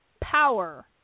power